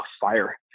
fire